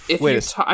Wait